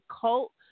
cult